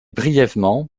brièvement